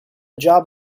job